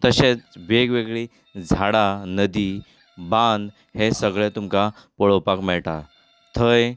तशेंच वेगवेगळीं झाडां नदी बांद हें सगळें तुमकां पळोवपाक मेळटा थंय